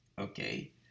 Okay